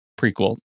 prequel